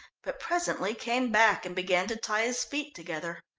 but presently came back and began to tie his feet together.